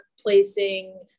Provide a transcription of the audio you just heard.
placing